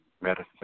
medicine